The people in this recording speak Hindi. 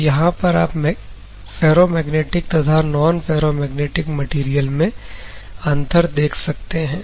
तो यहां पर आप फेरोमैग्नेटिक तथा नॉनफेरोमैग्नेटिक मटेरियल में अंतर देख सकते हैं